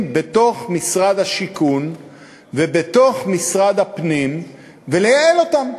בתוך משרד השיכון ובתוך משרד הפנים ולייעל אותם.